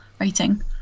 rating